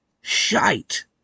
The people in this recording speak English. shite